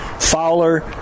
Fowler